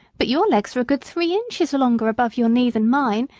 but your legs are a good three inches longer above your knee than mine,